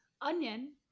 onion